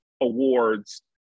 awards